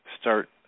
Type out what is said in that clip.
start